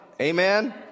Amen